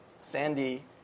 Sandy